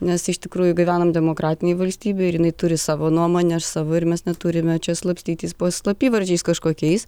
nes iš tikrųjų gyvenam demokratinėj valstybėj ir jinai turi savo nuomonę aš savo ir mes neturime čia slapstytis po slapyvardžiais kažkokiais